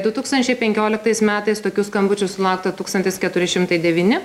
du tūkstančiai penkioliktais metais tokių skambučių sulaukta tūkstantis keturi šimtai devyni